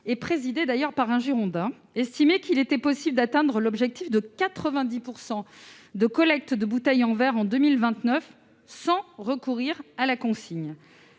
présidée par un Girondin -estimait qu'il était possible d'atteindre l'objectif de 90 % de collecte de bouteilles en verre en 2029 sans recourir à la consigne.